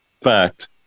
fact